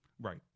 right